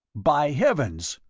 by heavens!